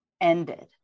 ended